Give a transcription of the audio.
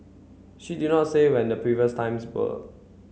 she did not say when the previous times were